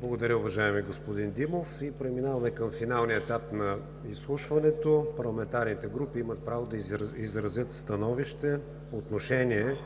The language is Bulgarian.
Благодаря, уважаеми господин Димов. Преминаваме към финалния етап на изслушването – парламентарните групи имат право да изразят становище, отношение